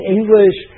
English